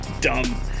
Dumb